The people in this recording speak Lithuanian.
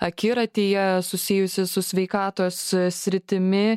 akiratyje susijusi su sveikatos sritimi